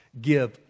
give